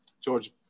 George